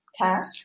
cat